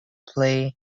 play